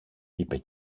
είπε